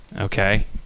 Okay